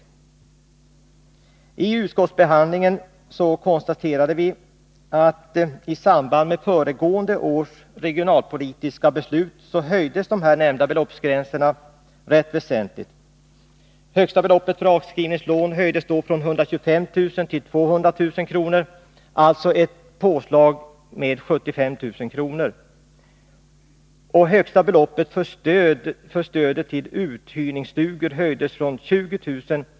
Vid utskottsbehandlingen konstaterade vi att i samband med föregående års regionalpolitiska beslut höjdes de nämnda beloppsgränserna rätt väsentligt. Högsta beloppet för avskrivningslån höjdes då från 125 000 kr. till 200 000 kr., dvs. ett påslag med 75 000 kr., och högsta beloppet för stödet till uthyrningsstugor höjdes från 20 000 kr.